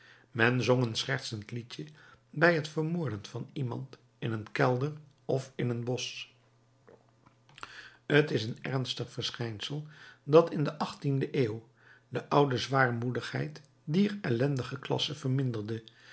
men zong een schertsend liedje bij het vermoorden van iemand in een kelder of in een bosch t is een ernstig verschijnsel dat in de achttiende eeuw de oude zwaarmoedigheid dier ellendige klassen verminderde